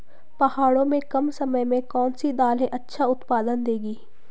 पहाड़ों में कम समय में कौन सी दालें अच्छा उत्पादन देंगी?